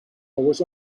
was